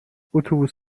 اتوبوس